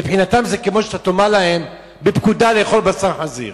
מבחינתם זה כמו שאתה תאמר להם בפקודה לאכול בשר חזיר.